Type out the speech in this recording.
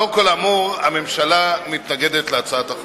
לאור כל האמור, הממשלה מתנגדת להצעת החוק.